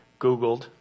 Googled